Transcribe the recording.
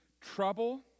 trouble